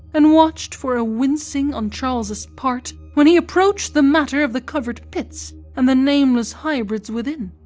and watched for a wincing on charles's part when he approached the matter of the covered pits and the nameless hybrids within.